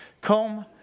Come